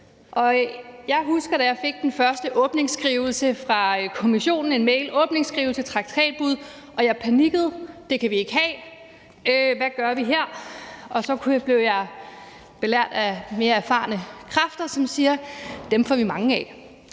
jeg husker den første åbningsskrivelse fra Kommissionen, en mail, der lød på traktatbrud, og jeg panikkede: Det kan vi ikke have, hvad gør vi her? Så blev jeg af mere erfarne kræfter belært om, at dem får vi mange af.